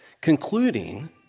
Concluding